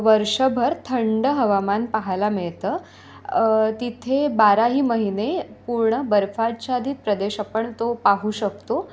वर्षभर थंड हवामान पाहायला मिळतं तिथे बाराही महिने पूर्ण बर्फाच्छादित प्रदेश आपण तो पाहू शकतो